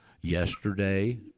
Yesterday